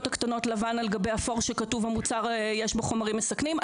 הקטנות לבן על גבי אפור המוצר יש בו חומרים מסכנים,